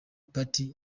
party